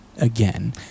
again